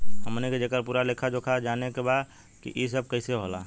हमनी के जेकर पूरा लेखा जोखा जाने के बा की ई सब कैसे होला?